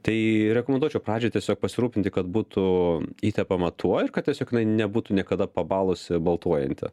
tai rekomenduočiau pradžioj tiesiog pasirūpinti kad būtų įtepama tuo ir kad tiesiog jinai nebūtų niekada pabalusi baltuojanti